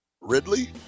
Ridley